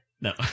No